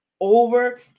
over